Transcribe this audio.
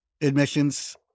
admissions